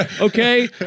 Okay